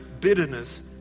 bitterness